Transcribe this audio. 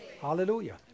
Hallelujah